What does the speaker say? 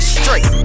straight